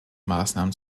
maßnahmen